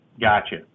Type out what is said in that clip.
Gotcha